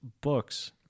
books